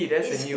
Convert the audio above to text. it's